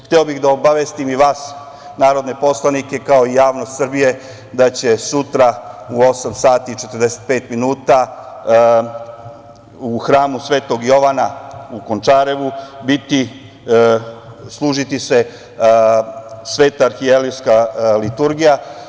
Hteo bih da obavestim i vas narodne poslanike, kao i javnost Srbije da će sutra u 8.45 časova u Hramu Svetog Jovana u Končarevu služiti se sveta arhijerejska liturgija.